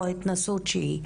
או התנסות שהיא,